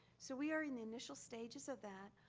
so we are in the initial stages of that.